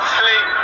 sleep